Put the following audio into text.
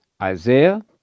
Isaiah